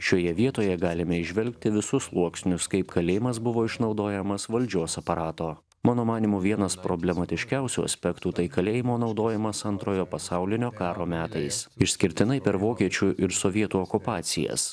šioje vietoje galime įžvelgti visus sluoksnius kaip kalėjimas buvo išnaudojamas valdžios aparato mano manymu vienas problematiškiausių aspektų tai kalėjimo naudojimas antrojo pasaulinio karo metais išskirtinai per vokiečių ir sovietų okupacijas